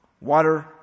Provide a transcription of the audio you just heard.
Water